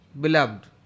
beloved